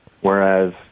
whereas